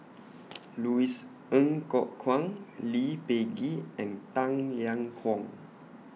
Louis Ng Kok Kwang Lee Peh Gee and Tang Liang Hong